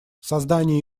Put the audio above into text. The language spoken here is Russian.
создание